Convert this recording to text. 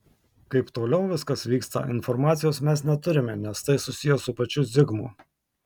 kaip toliau viskas vyksta informacijos mes neturime nes tai susiję su pačiu zigmu